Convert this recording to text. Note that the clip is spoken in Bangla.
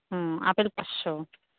হুম আপেল পাঁচশো